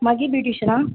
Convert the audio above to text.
மகி ப்யூட்டிஷியனா